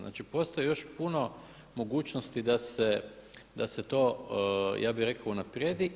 Znači postoji još puno mogućnosti da se to ja bih rekao unaprijedi.